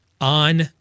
on